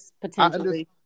potentially